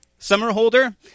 Summerholder